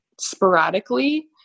sporadically